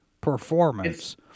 performance